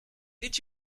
did